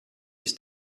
ist